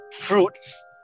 fruits